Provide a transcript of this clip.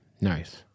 Nice